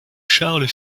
charles